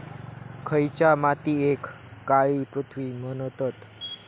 खयच्या मातीयेक काळी पृथ्वी म्हणतत?